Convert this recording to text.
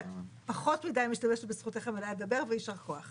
ואת פחות מדי משתמשת בזכותך המלאה לדבר ויישר כוח.